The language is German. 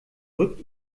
rückt